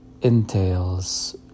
entails